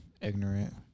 ignorant